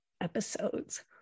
episodes